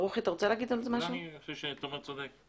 אני חושב שתומר צודק.